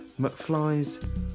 McFly's